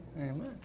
Amen